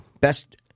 Best